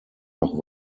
noch